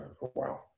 wow